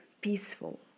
peaceful